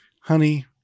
Honey